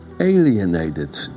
alienated